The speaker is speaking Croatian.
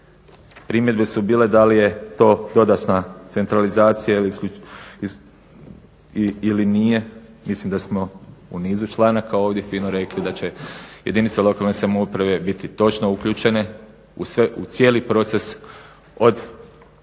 Primjedbe su bile da li je to dodatna centralizacija ili nije. Mislim da smo u nizu članaka ovdje fino rekli da će jedinica lokalne samouprave biti točno uključene u cijeli proces, od